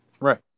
Right